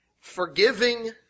Forgiving